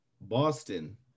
Boston